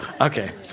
Okay